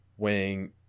weighing